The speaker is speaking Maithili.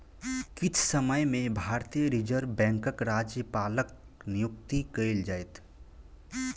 किछ समय में भारतीय रिज़र्व बैंकक राज्यपालक नियुक्ति कएल जाइत